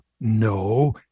No